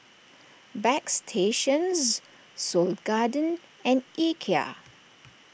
Bagstationz Seoul Garden and Ikea